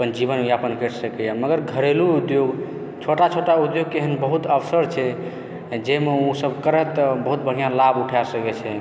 अपन जीवनयापन करि सकैए मगर घरेलु उद्योग छोटा छोटा उद्योगके एहन बहुत्त अवसर छै जाहिमे ओ सभ करै तऽ बहुत बढ़िआँ लाभ उठा सकै छै